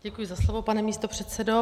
Děkuji za slovo, pane místopředsedo.